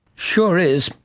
sure is.